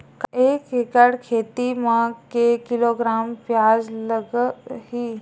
एक एकड़ खेती म के किलोग्राम प्याज लग ही?